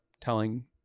telling